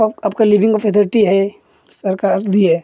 सब आपकी living of authority है सरकार ने दी है